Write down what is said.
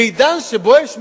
בעידן שבו יש מחשב,